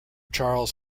charles